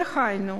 דהיינו,